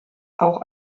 auch